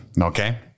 Okay